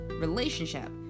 relationship